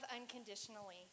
unconditionally